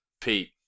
Pete